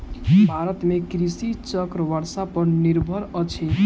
भारत में कृषि चक्र वर्षा पर निर्भर अछि